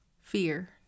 fear